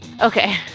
Okay